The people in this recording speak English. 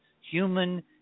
human